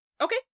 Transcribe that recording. Okay